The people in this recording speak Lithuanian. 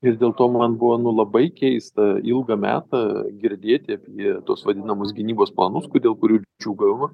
ir dėl to man buvo nu labai keista ilgą metą girdėti apie tuos vadinamus gynybos planus dėl kurių džiūgavo